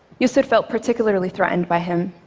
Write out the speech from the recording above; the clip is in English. yusor felt particularly threatened by him.